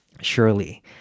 Surely